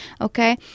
Okay